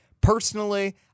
personally